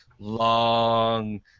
long